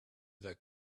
that